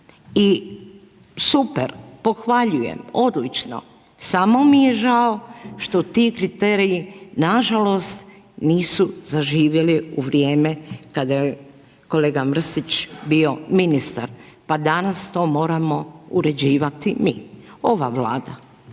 I super, pohvaljujem, odlično, samo mi je žao što ti kriteriji nažalost nisu zaživjeli u vrijeme kada je kolega Mrsić bio ministar pa danas to moramo uređivati mi, ova Vlada.